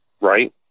Right